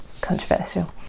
controversial